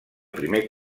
primer